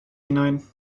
hinein